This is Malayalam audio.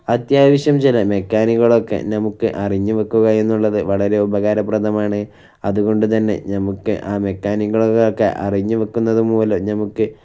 അത്യാവശ്യം ചില മെക്കാനിക്കുകൾ ഒക്കെ നമുക്ക് അറിഞ്ഞു വയ്ക്കുക എന്നുള്ളത് വളരെ ഉപകാരപ്രദമാണ് അതുകൊണ്ട് തന്നെ നമുക്ക് ആ മെക്കാനിക്കുകൾ ഒക്കെ അറിഞ്ഞു വയ്ക്കുന്നത് മൂലം നമുക്ക്